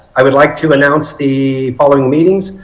i would like to announce the following meetings.